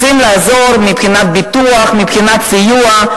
רוצים לעזור מבחינת ביטוח, מבחינת סיוע.